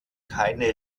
keine